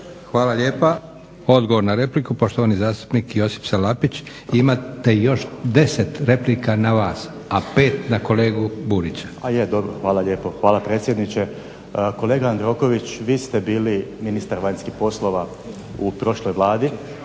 hvala lijepa. Odgovor na repliku poštovani zastupnik Josip Salapić. Imate još 10 replika na vas, a 5 na kolegu Burića. **Salapić, Josip (HDSSB)** A je, dobro, hvala lijepo. Hvala predsjedniče. Kolega Jandroković, vi ste bili ministar vanjskih poslova u prošloj Vladi,